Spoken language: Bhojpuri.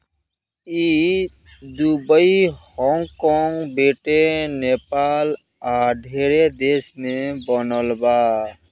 ई दुबई, हॉग कॉग, ब्रिटेन, नेपाल आ ढेरे देश में बनल बा